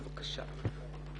בבקשה.